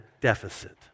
deficit